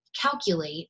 calculate